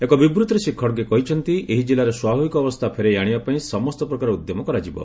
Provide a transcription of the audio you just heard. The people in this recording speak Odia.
ଏକ ବିବୃତ୍ତିରେ ଶ୍ରୀ ଖଡ୍ଗେ କହିଛନ୍ତି ଏହି ଜିଲ୍ଲାରେ ସ୍ୱାଭାବିକ ଅବସ୍ଥା ଫେରାଇ ଆଶିବା ପାଇଁ ସମସ୍ତ ପ୍ରକାର ଉଦ୍ୟମ କରାଯିବ